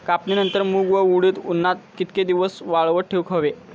कापणीनंतर मूग व उडीद उन्हात कितके दिवस वाळवत ठेवूक व्हये?